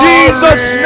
Jesus